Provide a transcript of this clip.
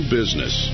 business